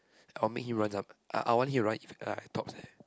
I'll make him run some I I want him run in like tops eh